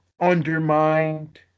undermined